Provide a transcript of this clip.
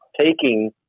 taking